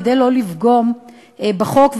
כדי שלא לפגום בחוק,